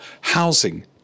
housing